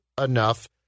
enough